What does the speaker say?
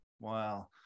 Wow